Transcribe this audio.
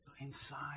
inside